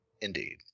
Indeed